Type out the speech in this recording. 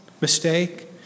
mistake